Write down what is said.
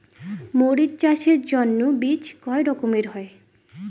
মরিচ চাষের জন্য বীজ কয় রকমের হয়?